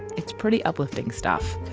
it's pretty uplifting stuff,